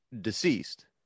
Deceased